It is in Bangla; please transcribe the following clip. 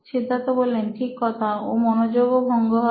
সিদ্ধার্থ ঠিক কথা ওর মনোযোগ ও ভঙ্গ হয়